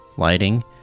lighting